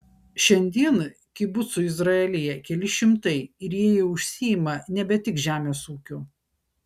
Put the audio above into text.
šiandien kibucų izraelyje keli šimtai ir jie jau užsiima nebe tik žemės ūkiu